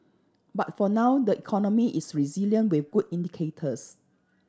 but for now the economy is resilient with good indicators